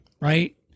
right